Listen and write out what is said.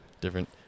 different